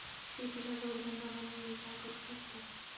शेतीला जोड धंदा म्हणून मी काय करु शकतो?